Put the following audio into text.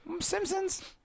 Simpsons